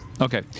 Okay